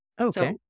Okay